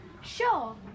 sure